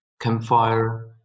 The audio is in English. Campfire